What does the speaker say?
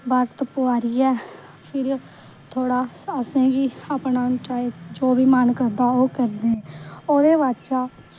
बर्त पुआरियै फिर थोह्ड़ा असेंगी अपना चाहे जो बी मन करदा ओह् करने ओह्दे बाद च